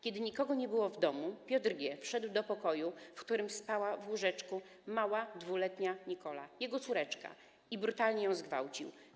Kiedy nikogo nie było w domu, Piotr G. wszedł do pokoju, w którym spała w łóżeczku mała 2-letnia Nikola, jego córeczka, i brutalnie ją zgwałcił.